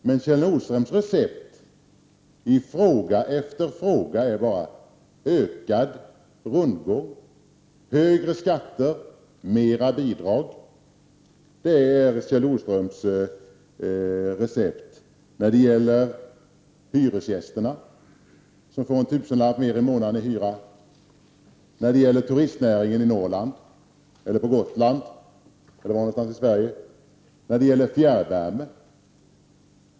Men Kjell Nordströms recept i fråga efter fråga är att det skall vara ökad rundgång, högre skatter och mera bidrag. Det är alltså Kjell Nordströms recept när det gäller hyresgästerna — som alltså får hyran höjd med 1 000 kr. i månaden — när det gäller turistnäringen i Norrland, på Gotland eller annorstädes i Sverige och när det gäller fjärrvärmen.